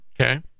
Okay